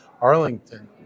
Arlington